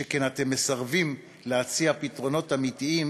שכן אתם מסרבים להציע פתרונות אמיתיים